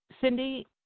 Cindy